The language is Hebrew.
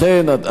לכן,